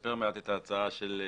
לשפר מעט את ההצעה של גב'